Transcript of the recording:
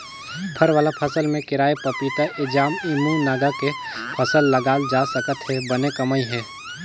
फर वाला फसल में केराएपपीताएजामएमूनगा के फसल लगाल जा सकत हे बने कमई हे